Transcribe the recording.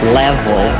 level